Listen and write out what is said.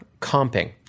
comping